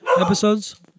episodes